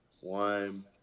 One